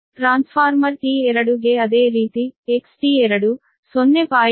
transformer T2 ಗೆ ಅದೇ ರೀತಿ XT2 0